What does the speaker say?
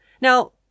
Now